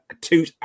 two